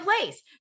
place